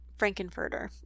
frankenfurter